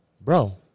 bro